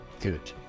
Good